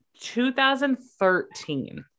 2013